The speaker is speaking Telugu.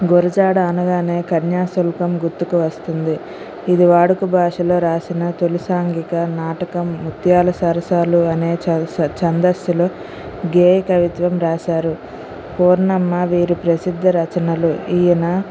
గురజాడ అనగానే కన్యాశుల్కం గుర్తుకు వస్తుంది ఇది వాడుక భాషలో రాసిన తొలి సాంఘిక నాటకం ముత్యాల సరసాలు అనే చరద చందస్సులో గేయ కవిత్వం రాశారు పూర్ణమ్మ వీరి ప్రసిద్ధ రచనలు ఈయన